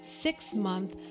six-month